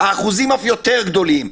האחוזים אף יותר גדולים.